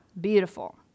Beautiful